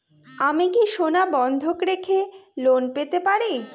আমি কি সোনা বন্ধক রেখে লোন পেতে পারি?